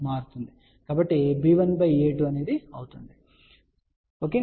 కాబట్టిb1a2 అవుతుంది సరే